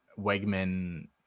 Wegman